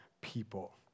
people